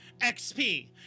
XP